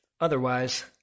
otherwise